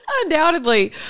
Undoubtedly